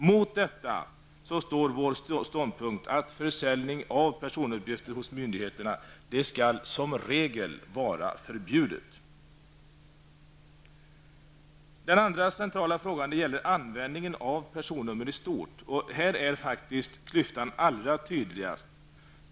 Mot detta står vår ståndpunkt att försäljning av personuppgifter hos myndigheterna som regel skall vara förbjuden. Den andra centrala frågan gäller användningen av personnummer i stort. Här är faktiskt klyftan allra tydligast.